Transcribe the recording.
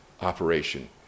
operation